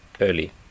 early